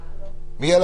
מי על